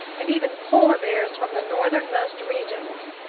and even polar bears from the northernmost regions.